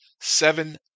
seven